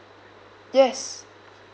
yes